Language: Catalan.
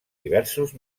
diversos